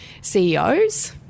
CEOs